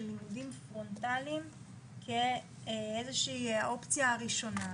לימודים פרונטליים כאיזה שהיא אופציה ראשונה,